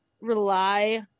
rely